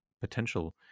potential